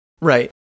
Right